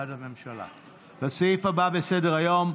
בסדר-היום,